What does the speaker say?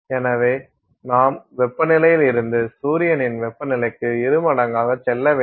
எனவே நாம் வெப்பநிலையிலிருந்து சூரியனின் வெப்பநிலைக்கு இரு மடங்காக செல்ல வேண்டும்